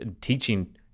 teaching